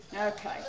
Okay